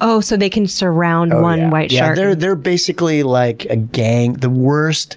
oh, so they can surround one white shark. they're they're basically like a gang, the worst